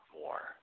more